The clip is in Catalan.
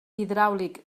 hidràulic